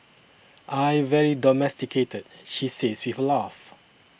I very domesticated she says with a laugh